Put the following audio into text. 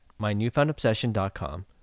mynewfoundobsession.com